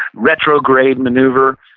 retrograde maneuver.